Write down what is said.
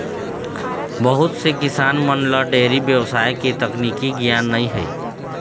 बहुत से किसान मन ल डेयरी बेवसाय के तकनीकी गियान नइ हे